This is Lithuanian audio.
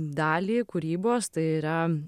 dalį kūrybos tai yra